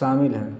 शामिल है